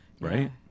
Right